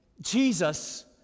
Jesus